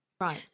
Right